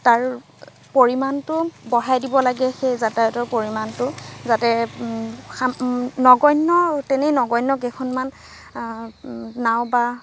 তাৰ পৰিমাণটো বঢ়াই দিব লাগে সেই যাতায়াতৰ পৰিমাণটো যাতে খা নগন্য তেনেই নগন্য কেইখনমান নাও বা